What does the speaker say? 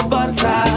Butter